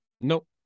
Nope